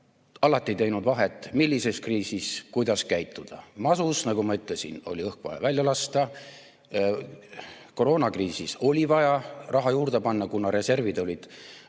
alati teinud vahet, millises kriisis kuidas käituda. Masu ajal, nagu ma ütlesin, oli vaja õhku välja lasta ja koroonakriisis oli vaja raha juurde panna. Kuna reservid olid juba